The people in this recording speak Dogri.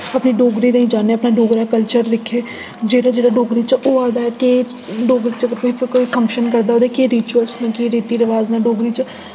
अपनी डोगरी ताईं जान्नै अपना डोगरा कल्चर दिक्खै जेह्ड़ा जेह्ड़ा डोगरी च होआ दा ऐ कि डोगरी च अगर तुसें कोई फंक्शन करदा ओह्दे केह् रिचुअल न केह् रीति रिवाज न डोगरी च